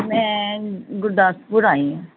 ਮੈਂ ਗੁਰਦਾਸਪੁਰ ਆਈ ਹਾਂ